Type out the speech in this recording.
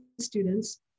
students